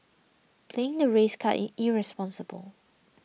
playing the race card is irresponsible